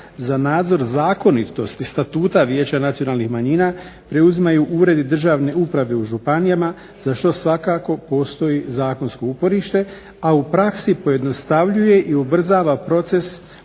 za nadzor zakonitosti Statuta vijeća nacionalnih manjina preuzimaju uredi državne uprave u županijama za što svakako postoji zakonsko uporište, a u praksi pojednostavljuje i ubrzava proces